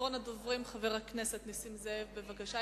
אחרון הדוברים, חבר הכנסת נסים זאב, בבקשה.